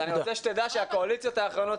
אז אני רוצה שתדע שהקואליציות האחרונות